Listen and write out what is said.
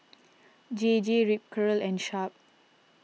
J J Ripcurl and Sharp